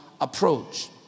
approach